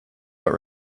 but